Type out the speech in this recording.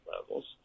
levels